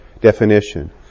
definition